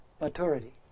maturity